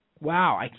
Wow